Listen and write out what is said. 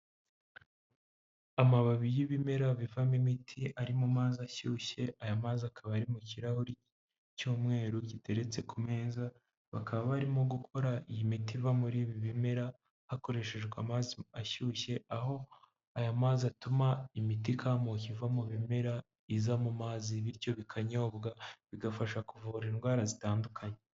Amababi y'ibimera bivamo imiti ari mu mazi ashyushye, aya mazi akaba ari mu kirahuri cy'umweru giteretse ku meza, bakaba barimo gukora iyi miti iva muri ibi bimera hakoreshejwe amazi ashyushye aho aya mazi atuma imiti ikamuka iva mu bimera iza mu mazi bityo bikanyobwa bigafasha kuvura indwara zitandukanye.